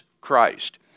Christ